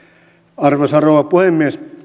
arvoisa rouva puhemies